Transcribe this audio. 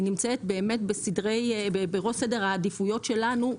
היא נמצאת באמת בראש סדר העדיפויות שלנו,